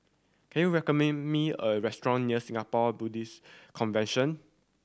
can you recommend me a restaurant near Singapore Baptist Convention